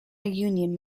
union